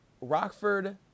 Rockford